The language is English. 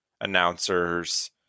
announcers